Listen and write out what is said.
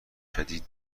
شدید